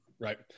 Right